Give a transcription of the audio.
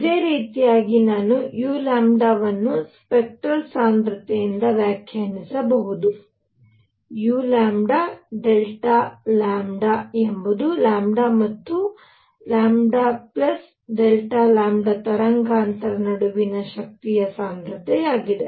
ಇದೇ ರೀತಿಯಾಗಿ ನಾನು uವನ್ನು ಸ್ಪೆಕ್ಟರಲ್ ಸಾಂದ್ರತೆಯೆಂದು ವ್ಯಾಖ್ಯಾನಿಸಬಹುದು u ಎಂಬುದು λ ಮತ್ತು λ Δತರಂಗಾಂತರ ನಡುವಿನ ಶಕ್ತಿಯ ಸಾಂದ್ರತೆಯಾಗಿದೆ